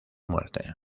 muerte